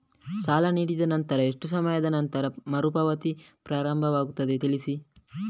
ಸಾಲ ನೀಡಿದ ನಂತರ ಎಷ್ಟು ಸಮಯದ ನಂತರ ಮರುಪಾವತಿ ಪ್ರಾರಂಭವಾಗುತ್ತದೆ ತಿಳಿಸಿ?